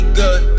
good